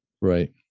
Right